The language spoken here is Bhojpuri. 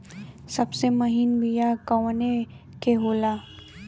सबसे महीन बिया कवने के होला?